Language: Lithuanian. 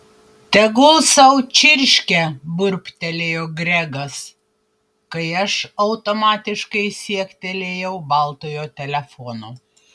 tegul sau čirškia burbtelėjo gregas kai aš automatiškai siektelėjau baltojo telefono